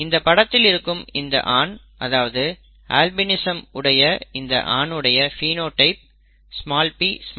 இந்த படத்தில் இருக்கும் இந்த ஆண் அதாவது அல்பினிசம் உடைய இந்த ஆணுடைய பினோடைப் pp